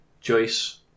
Joyce